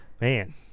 Man